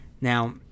Now